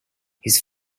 his